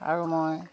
আৰু মই